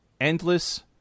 endless